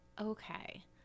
Okay